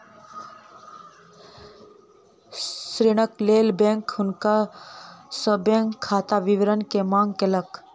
ऋणक लेल बैंक हुनका सॅ बैंक खाता विवरण के मांग केलक